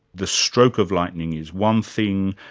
the stroke of lightning is one thing,